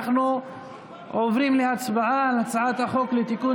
אנחנו עוברים להצבעה על הצעת החוק לתיקון